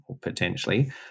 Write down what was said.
potentially